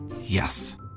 Yes